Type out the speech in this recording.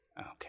Okay